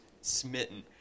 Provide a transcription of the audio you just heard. smitten